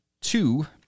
two